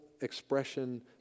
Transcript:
expression